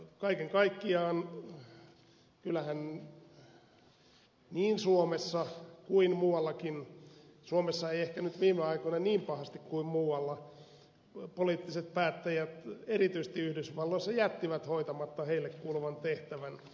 kaiken kaikkiaan kyllähän niin suomessa kuin muuallakin erityisesti yhdysvalloissa suomessa ei ehkä viime aikoina niin pahasti kuin muualla poliittiset päättäjät jättivät hoitamatta heille kuuluvan tehtävän